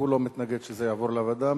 והוא לא מתנגד שזה יעבור לוועדה.